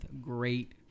great